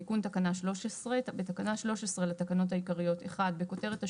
תיקון תקנה 13. בתקנה 13 לתקנות העיקריות - בכותרת השוליים,